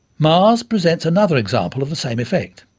mars presents another example of the same effect.